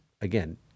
again